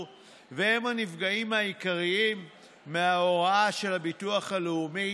והם הנפגעים העיקריים מההוראה של הביטוח הלאומי,